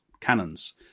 cannons